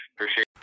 Appreciate